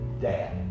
Dad